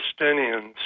Palestinians